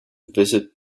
visit